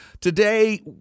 Today